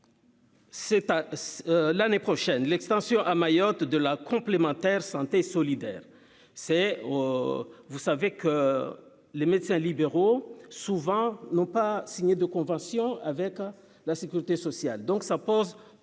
l'année prochaine l'extension à Mayotte de la complémentaire santé solidaire c'est oh, vous savez que les médecins libéraux, souvent, n'ont pas signé de convention avec la sécurité sociale,